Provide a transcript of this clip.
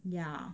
yeah